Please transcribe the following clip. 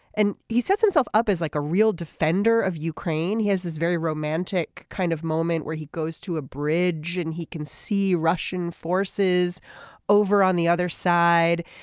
and he set himself up as like a real defender of ukraine. he has this very romantic kind of moment where he goes to a bridge and he can see russian forces over on the other side.